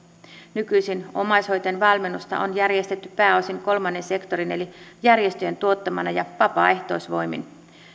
nykyisin omaishoitajien valmennusta on järjestetty pääosin kolmannen sektorin eli järjestöjen tuottamana ja vapaaehtoisvoimin